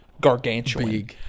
gargantuan